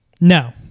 No